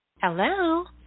Hello